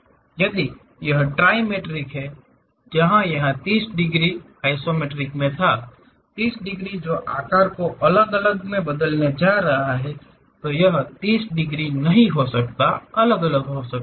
यदि यह ट्रिमेट्रिक है जहां यह 30 डिग्री आइसोमेट्रिक मे था 30 डिग्री जो आकार को अलग अलग में बदलने जा रहा है यह 30 डिग्री नहीं हो सकता है अलग अलग होता है